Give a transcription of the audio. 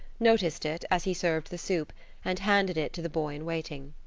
noticed it, as he served the soup and handed it to the boy in waiting.